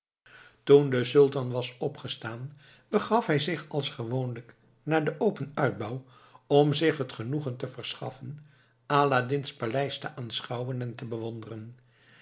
toen de sultan was opgestaan begaf hij zich als gewoonlijk naar den open uitbouw om zich het genoegen te verschaffen aladdin's paleis te aanschouwen en te bewonderen